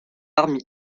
parmi